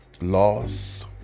Loss